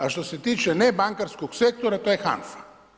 A što se tiče ne bankarskog sektora to je HANFA.